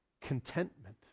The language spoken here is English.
contentment